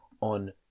on